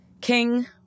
King